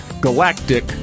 Galactic